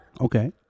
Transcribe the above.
Okay